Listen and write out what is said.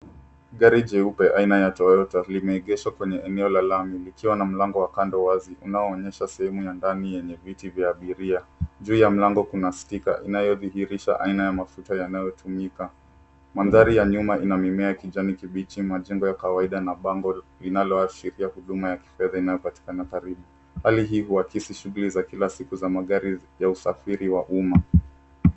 Gari jeupe aina ya Toyota limeegeshwa kwenye eneo la lami likiwa na mlango wa kando wazi unaoonyesha sehemu ya ndani yenye viti vya abiria. Juu ya mlango kuna sticker inayodhihirisha aina ya mafuta yanayotumika. Mandhari ya nyuma ina mimea ya kijani kibichi, majengo ya kawaida na bango linaloashiria huduma ya kifedha inayopatikana karibu. Hali hii huakisi shughuli za kila siku za magari ya usafiri wa umma.